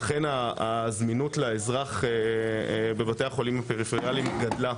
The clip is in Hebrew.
ואכן הזמינות לאזרח בבתי החולים הפריפריאליים גדלה,